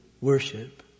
worship